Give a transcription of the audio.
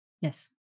Yes